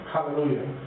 Hallelujah